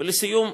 ולסיום,